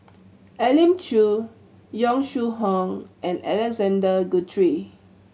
Elim Chew Yong Shu Hoong and Alexander Guthrie